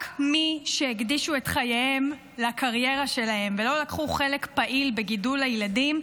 רק מי שהקדישו את חייהם לקריירה שלהם ולא לקחו חלק פעיל בגידול הילדים,